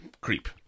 creep